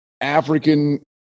African